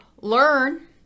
learn